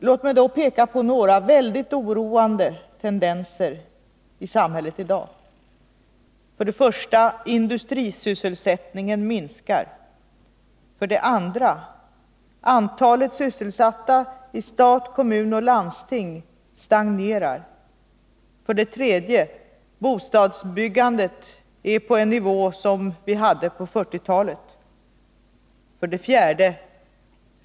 Låt mig då peka på några väldigt oroande tendenser i det svenska samhället i dag: 2. Antalet sysselsatta i stat, kommun och landsting stagnerar. 3. Bostadsbyggandet är på en nivå som vi hade på 1940-talet. 4.